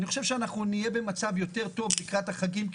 אני חושב שאנחנו נהיה במצב יותר טוב לקראת החגים,